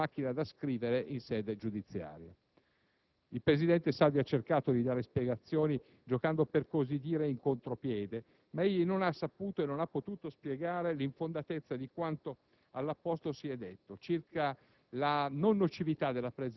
(dopo quello "della crostata", in sede politica, quello "della macchina da scrivere" in sede giudiziaria). Il presidente Salvi ha cercato di dare spiegazioni, cercando di giocare, per così dire, in contropiede; ma egli non ha saputo e non ha potuto spiegare l'infondatezza di quanto